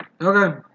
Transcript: Okay